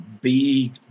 big